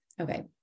okay